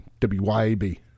WYAB